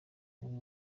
niwe